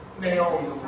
Naomi